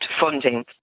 funding